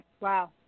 Wow